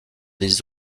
des